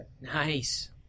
Nice